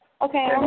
Okay